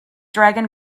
dragon